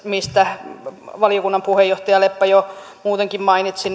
mistä valiokunnan puheenjohtaja leppä jo muutenkin mainitsi